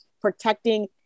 protecting